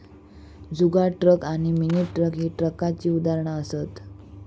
जुगाड truck आणि mini truck ही ट्रकाची उदाहरणा असत